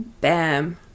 bam